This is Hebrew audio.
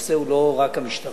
הנושא הוא לא רק המשטרה.